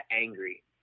angry